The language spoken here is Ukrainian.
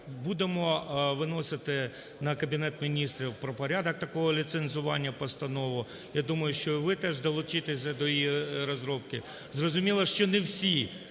Будемо виносити на Кабінет Міністрів про порядок такого ліцензування постанову. Я думаю, що і ви теж долучитесь до її розробки. Зрозуміло, що не всі